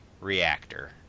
Reactor